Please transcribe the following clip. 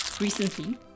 recently